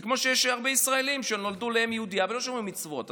כמו שיש הרבה ישראלים שנולדו לאם יהודייה והם לא שומרים מצוות,